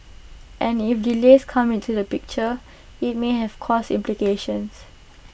and if delays come into the picture IT may have cost implications